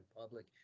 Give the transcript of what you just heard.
public